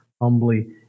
humbly